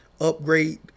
upgrade